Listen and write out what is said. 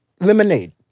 Lemonade